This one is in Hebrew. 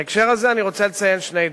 בהקשר הזה אני רוצה לציין שני דברים.